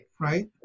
Right